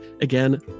again